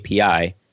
api